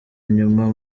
nyuma